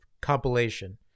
compilation